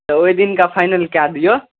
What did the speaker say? तऽ ओहि दिनका फाइनल कए दिअ